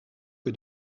que